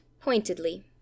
pointedly